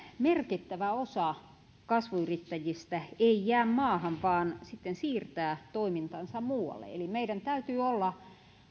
merkittävä osa kasvuyrittäjistä ei jää maahan vaan siirtää toimintansa muualle eli meidän täytyy olla